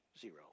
Zero